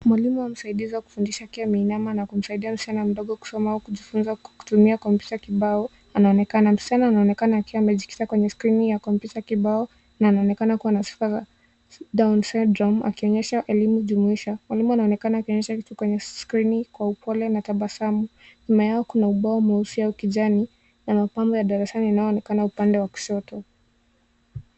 Mwalimu au msaidizi wa kifundisha akiwa ameinama na kumsaidia msichana mdogo kusoma au kujifunza kusoma kwa kutumia kupitia komputa kibao anaonekana. Msichana anaonekana akiwa amejikita kwenye skrini ya komputa kibao na anaonekana kuwa na sifa za Down syndrome akionyesha elimu jumuishi. Mwalimu anaonekana akionyesha kitu kwenye skrini kwa upole na tabasamu. Nyuma yao kuna ubao mweusi au kijani na mapambo ya darasani inayoonekana upande wa kushoto.